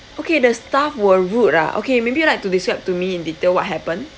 okay the staff were rude ah okay maybe you like to describe to me in detail what happened